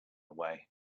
away